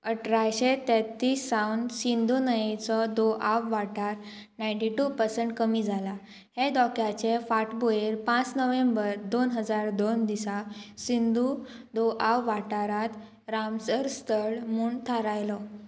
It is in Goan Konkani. अठराशे तेत्तीस सावन सिंधू न्हयेचो दो आव वाठार नायन्टी टू पर्संट कमी जाला हे दोख्याचे फाटभुंयेचेर पांच नोव्हेंबर दोन हजार दोन दिसा सिंधू दोआ वाठारांत रामसर स्थळ म्हूण थारायलो